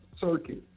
Circuit